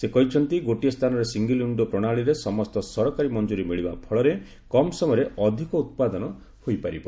ସେ କହିଛନ୍ତି ଗୋଟିଏ ସ୍ଥାନରେ ସିଙ୍ଗିଲ୍ ୱିଶ୍ଡୋ ପ୍ରଣାଳୀରେ ସମସ୍ତ ସରକାରୀ ମଙ୍କୁରୀ ମିଳିବା ଫଳରେ କମ୍ ସମୟରେ ଅଧିକ ଉତ୍ପାଦନ ହୋଇପାରିବ